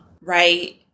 Right